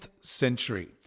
century